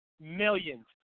Millions